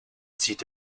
zieht